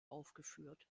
aufgeführt